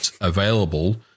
available